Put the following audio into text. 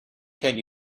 can